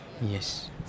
Yes